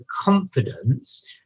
confidence